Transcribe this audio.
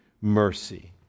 mercy